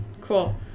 cool